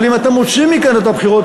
אבל אם אתה מוציא מכאן את הבחירות